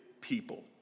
people